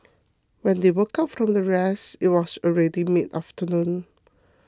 when they woke up from their rest it was already mid afternoon